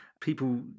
People